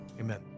Amen